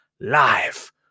live